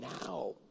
now